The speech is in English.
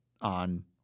on